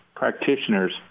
practitioners